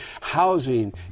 housing